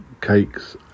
cakes